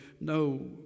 no